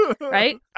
Right